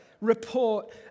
report